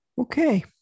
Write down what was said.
Okay